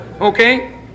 Okay